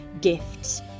gifts